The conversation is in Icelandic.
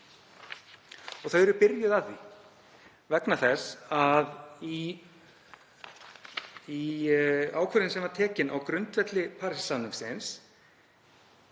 Og þau eru byrjuð á því vegna þess að í ákvörðun sem var tekin á grundvelli Parísarsamningsins